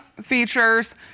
features